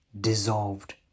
dissolved